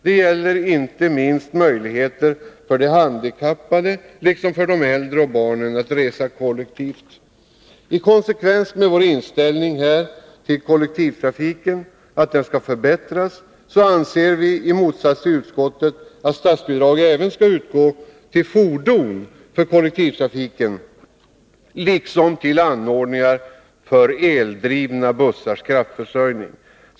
Det gäller inte minst möjligheterna för de handikappade, liksom för de äldre och för barnen, att resa kollektivt. I konsekvens med vår inställning att kollektivtrafiken skall förbättras anser vi, i motsats till utskottet, att statsbidrag även skall utgå till fordon för kollektivtrafiken liksom till anordningar för eldrivna bussars kraftförsörjning.